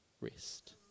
rest